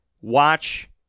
watch